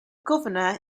governor